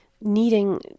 needing